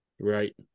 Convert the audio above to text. Right